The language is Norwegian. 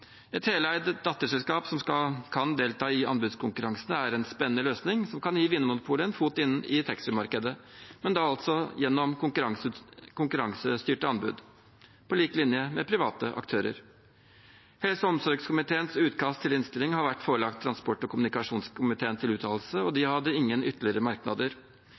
Et heleid datterselskap som kan delta i anbudskonkurransen, er en spennende løsning som kan gi Vinmonopolet en fot inn i taxfree-markedet, men da altså gjennom konkurransestyrte anbud på lik linje med private aktører. Helse- og omsorgskomiteens utkast til innstilling har vært forelagt transport- og kommunikasjonskomiteen til uttalelse, og de hadde ingen ytterligere merknader.